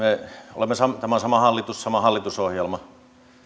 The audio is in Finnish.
olemme sama hallitus sama hallitusohjelma